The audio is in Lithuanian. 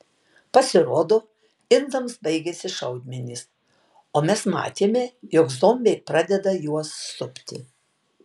pasirodo indams baigėsi šaudmenys o mes matėme jog zombiai pradeda juos supti